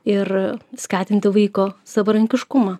ir skatinti vaiko savarankiškumą